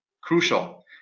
crucial